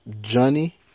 Johnny